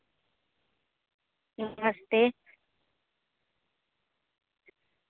नमस्ते